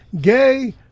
gay